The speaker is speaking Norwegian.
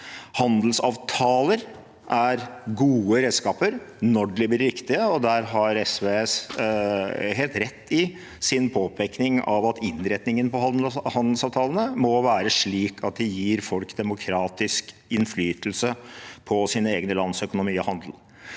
Handelsavtaler er gode redskaper når de blir riktige, og der har SV, helt rett i sin påpekning av at innretningen på handelsavtalene må være slik at de gir folk demokratisk innflytelse på sitt eget lands økonomi og handel.